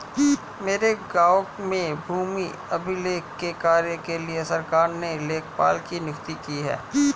मेरे गांव में भूमि अभिलेख के कार्य के लिए सरकार ने लेखपाल की नियुक्ति की है